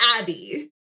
Abby